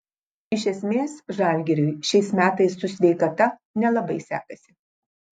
iš esmės žalgiriui šiais metais su sveikata nelabai sekasi